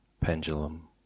pendulum